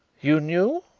you know?